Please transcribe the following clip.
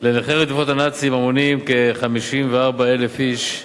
לנכי רדיפות הנאצים, המונים כ-54,000 איש,